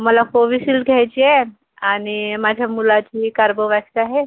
मला कोविशिल घ्यायची आहे आणि माझ्या मुलाची कार्बोवॅक्स आहे